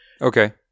Okay